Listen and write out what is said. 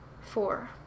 four